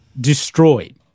destroyed